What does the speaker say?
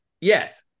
yes